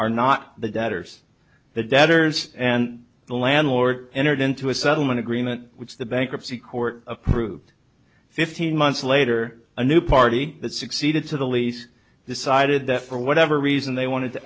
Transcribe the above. are not the debtors the debtors and the landlord entered into a settlement agreement which the bankruptcy court approved fifteen months later a new party that succeeded to the lease decided that for whatever reason they wanted to